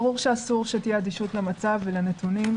ברור שאסור שתהיה אדישות למצב ולנתונים,